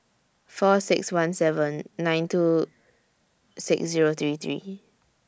four six one seven nine two six Zero three three